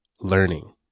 learning